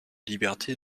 liberté